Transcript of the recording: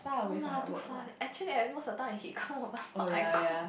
no lah too far actually I most of the time he come over not I cook